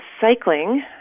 cycling